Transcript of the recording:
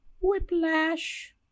Whiplash